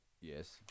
Yes